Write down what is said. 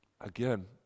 again